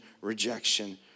rejection